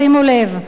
שימו לב,